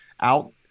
out